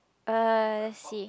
uh let's see